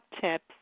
tips